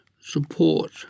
support